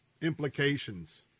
implications